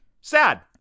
sad